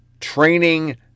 training